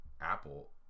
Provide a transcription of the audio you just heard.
Apple